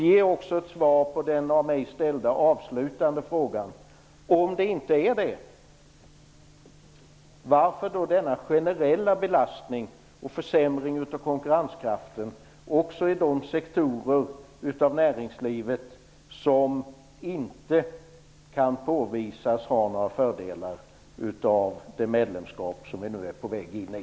Ge också ett svar på den av mig ställda avslutande frågan: Om det inte är så, varför då denna generella belastning och försämring av konkurrenskraften, också inom de sektorer av näringslivet som inte kan påvisas ha några fördelar av det medlemskap som vi nu är på väg in i?